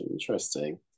interesting